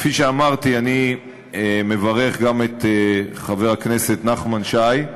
כפי שאמרתי, אני מברך גם את חבר הכנסת נחמן שי,